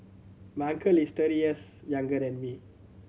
my uncle is thirty years younger than me